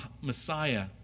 Messiah